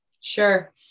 Sure